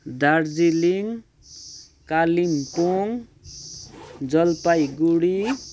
Darjeeling Kalimpong Jalpaiguri